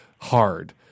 Hard